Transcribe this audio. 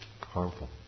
harmful